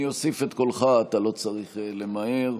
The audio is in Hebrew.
אני אוסיף את קולך, אתה לא צריך למהר.